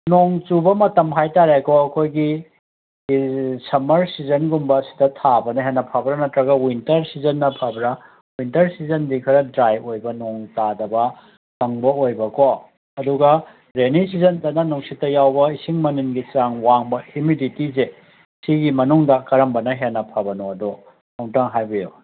ꯅꯣꯡ ꯆꯨꯕ ꯃꯇꯝ ꯍꯥꯏꯇꯥꯔꯦꯀꯣ ꯑꯩꯈꯣꯏꯒꯤ ꯁꯝꯃꯔ ꯁꯤꯖꯟꯒꯨꯝꯕ ꯁꯤꯗ ꯊꯥꯕꯅ ꯍꯦꯟꯅ ꯐꯕ꯭ꯔꯥ ꯅꯠꯇ꯭ꯔꯒ ꯋꯤꯟꯇꯔ ꯁꯤꯖꯟꯅ ꯐꯕ꯭ꯔꯥ ꯋꯤꯟꯇꯔ ꯁꯤꯖꯟꯗꯤ ꯈꯔ ꯗ꯭ꯔꯥꯏ ꯑꯣꯏꯕ ꯅꯣꯡ ꯇꯥꯗꯕ ꯀꯪꯕ ꯑꯣꯏꯕꯀꯣ ꯑꯗꯨꯒ ꯔꯦꯟꯅꯤ ꯁꯤꯖꯟꯗꯅ ꯅꯨꯡꯁꯤꯠꯇ ꯌꯥꯎꯕ ꯏꯁꯤꯡ ꯃꯅꯤꯟꯒꯤ ꯆꯥꯡ ꯋꯥꯡꯕ ꯍ꯭ꯌꯨꯃꯤꯗꯤꯇꯤꯁꯦ ꯁꯤꯒꯤ ꯃꯅꯨꯡꯗ ꯀꯔꯝꯕꯅ ꯍꯦꯟꯅ ꯐꯕꯅꯣꯗꯣ ꯑꯝꯇꯪ ꯍꯥꯏꯕꯤꯌꯣ